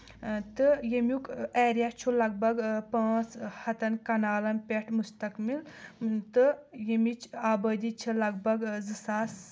تہٕ ییٚمیُک ایریا چھُ لگ بگ پانٛژھ ہتن کنالن پؠٹھ مُستقمل تہٕ ییٚمِچ آبٲدی چھِ لگ بگ زٕ ساس